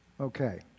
Okay